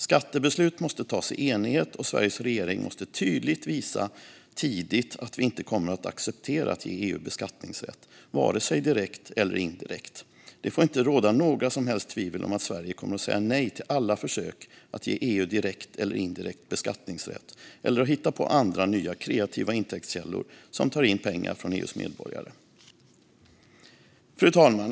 Skattebeslut måste fattas i enighet, och Sveriges regering måste tydligt och tidigt visa att vi inte kommer att acceptera att ge EU beskattningsrätt, vare sig direkt eller indirekt. Det får inte råda några som helst tvivel om att Sverige kommer att säga nej till alla försök att ge EU direkt eller indirekt beskattningsrätt eller att hitta på andra nya kreativa intäktskällor som tar in pengar från EU:s medborgare. Fru talman!